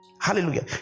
Hallelujah